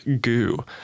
goo